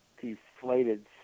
deflated